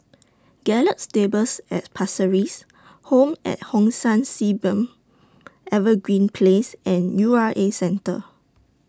Gallop Stables At Pasir Ris Home At Hong San Sea Beam Evergreen Place and U R A Centre